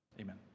Amen